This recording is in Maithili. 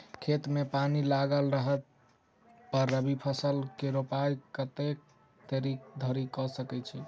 खेत मे पानि लागल रहला पर रबी फसल केँ रोपाइ कतेक देरी धरि कऽ सकै छी?